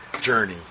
journey